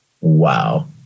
Wow